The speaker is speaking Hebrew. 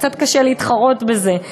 קצת קשה להתחרות בזה.